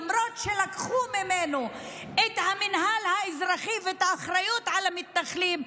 למרות שלקחו ממנו את המינהל האזרחי ואת האחריות על המתנחלים.